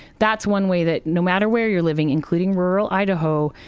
that's one way that, no matter where you're living, including rural idaho,